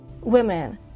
women